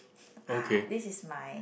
ah this is my